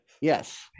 Yes